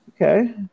Okay